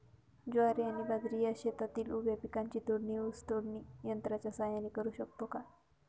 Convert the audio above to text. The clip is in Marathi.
ज्वारी आणि बाजरी या शेतातील उभ्या पिकांची तोडणी ऊस तोडणी यंत्राच्या सहाय्याने करु शकतो का?